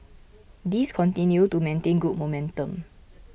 these continue to maintain good momentum